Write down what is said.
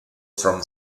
from